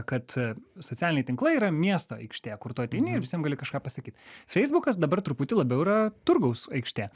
kad socialiniai tinklai yra miesto aikštė kur tu ateini ir visiem gali kažką pasakyt feisbukas dabar truputį labiau yra turgaus aikštė